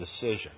decision